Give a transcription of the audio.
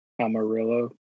Amarillo